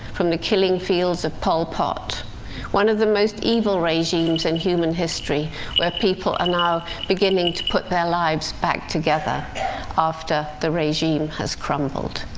from the killing fields of pol pot one of the most evil regimes in human history where people are now beginning to put their lives back together after the regime has crumbled.